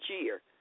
year